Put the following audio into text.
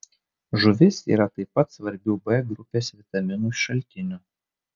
žuvis yra taip pat svarbiu b grupės vitaminų šaltiniu